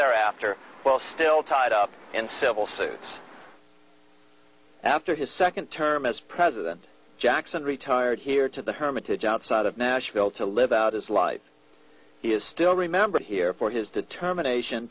thereafter well still tied up in civil suits after his second term as president jackson retired here to the hermitage outside of nashville to live out his life he is still remembered here for his determination